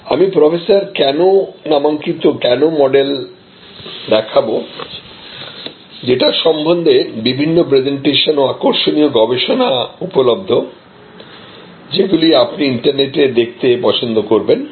আমি professor Kano নামাঙ্কিত 'Kano' model দেখাবোযেটা সম্বন্ধে বিভিন্ন প্রেজেন্টেশন ও আকর্ষণীয় গবেষণা উপলব্ধ যেগুলি আপনি ইন্টারনেটে দেখতে পছন্দ করবেন